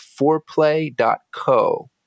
foreplay.co